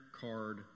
card